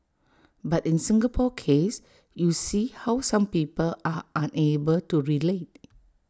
but in Singapore case you see how some people are unable to relate